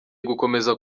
gukomeza